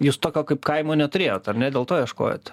jūs tokio kaip kaimo neturėjot ar ne dėl to ieškojot